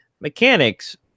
mechanics